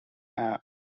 remained